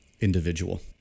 individual